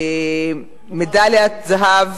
מדליית זהב